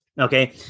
okay